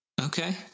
okay